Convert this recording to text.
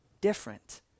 different